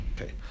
Okay